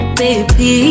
baby